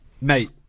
Mate